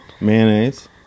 Mayonnaise